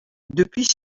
depuis